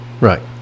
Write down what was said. Right